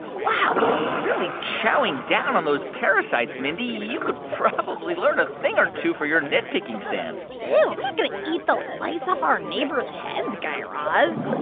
wow, he's really chowing down on those parasites, mindy. you could probably learn a thing or two for your nitpicking stand ew. i'm not going to eat the lice off our neighbors' heads, guy raz